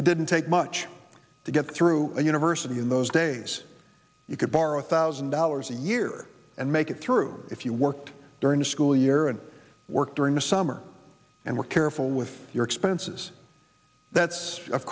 it didn't take much to get through university in those days you could borrow a thousand dollars a year and make it through if you worked during the school year and work during the summer and were careful with your